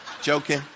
joking